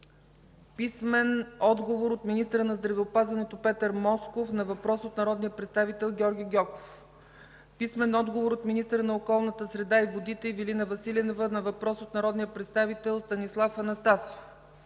Пламен Йорданов; - от министъра на здравеопазването Петър Москов на въпрос от народния представител Георги Гьоков; - от министъра на околната среда и водите Ивелина Василева на въпрос от народния представител Станислав Анастасов;